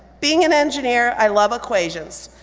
being an engineer, i love equations.